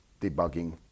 debugging